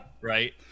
Right